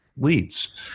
leads